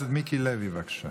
חבר הכנסת מיקי לוי, בבקשה.